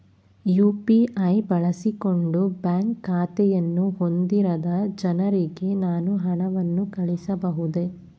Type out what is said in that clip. UPI ಬಳಸಿಕೊಂಡು bank ಖಾತೆಯನ್ನು ಹೊಂದಿರದ ಜನರಿಗೆ ನಾನು ಹಣವನ್ನು ಕಳುಹಿಸಬಹುದೇ?